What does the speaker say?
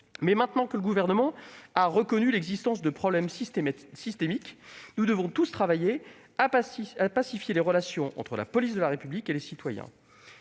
Dès lors que le Gouvernement a reconnu l'existence de problèmes systémiques, nous devons tous travailler à pacifier les relations entre la police de la République et les citoyens.